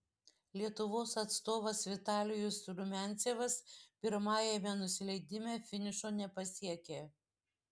lietuvos atstovas vitalijus rumiancevas pirmajame nusileidime finišo nepasiekė